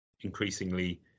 increasingly-